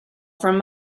from